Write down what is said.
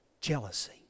Jealousy